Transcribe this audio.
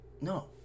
No